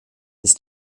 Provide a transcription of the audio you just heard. ist